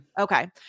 Okay